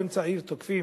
באמצע העיר תוקפים